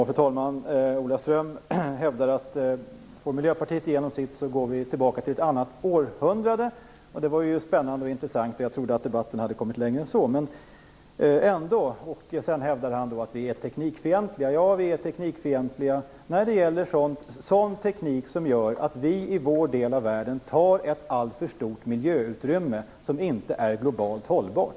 Fru talman! Ola Ström hävdade att om Miljöpartiet får igenom sitt program, går vi tillbaka till ett annat århundrade. Det var ju spännande och intressant. Jag trodde att debatten hade kommit längre än så. Sedan hävdade han att vi är teknikfientliga. Ja, vi är teknikfientliga när det gäller sådan teknik som gör att vi i vår del av världen tar ett alltför stort miljöutrymme på ett sätt som inte är globalt hållbart.